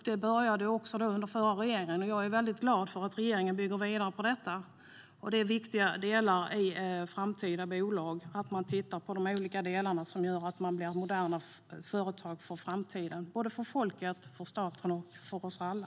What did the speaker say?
Det började under den förra regeringen. Jag är glad för att regeringen nu bygger vidare på detta. Det är en viktig del i framtida bolag att man tittar på de olika delarna som gör att bolagen blir moderna företag för framtiden, för folket, för staten och för oss alla.